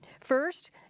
First